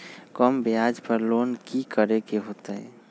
कम ब्याज पर लोन की करे के होतई?